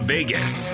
Vegas